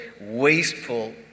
wasteful